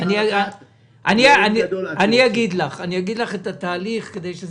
אני אגיד לך מה התהליך.